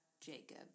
jacob